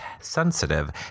sensitive